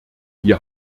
wir